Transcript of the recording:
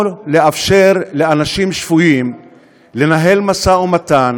או לאפשר לאנשים שפויים לנהל משא-ומתן